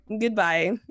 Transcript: goodbye